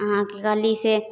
अहाँके कहली से